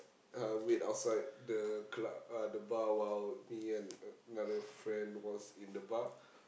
uh wait outside the club uh the bar while me and another friend was in the bar